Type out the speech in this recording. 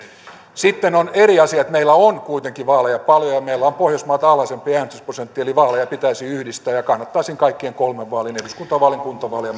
sitten on eri asia että meillä on kuitenkin vaaleja paljon ja meillä on pohjoismaita alhaisempi äänestysprosentti eli vaaleja pitäisi yhdistää kannattaisin kaikkien kolmen vaalien eduskuntavaalien kuntavaalien